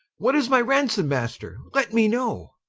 what is my ransome master, let me know